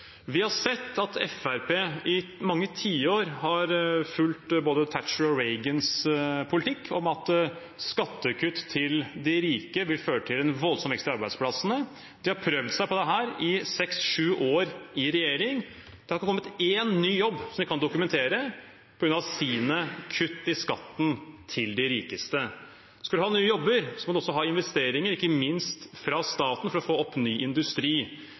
Vi har sett at Fremskrittspartiet i mange tiår har fulgt både Thatchers og Reagans politikk om at skattekutt til de rike vil føre til en voldsom vekst i arbeidsplassene. De har prøvd seg på dette i seks–sju år i regjering. De kan ikke dokumentere at det har kommet én ny jobb på grunn av kutt i skatten til de rikeste. Skal man ha nye jobber, må man også ha investeringer, ikke minst fra staten, for å få opp ny industri.